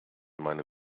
meine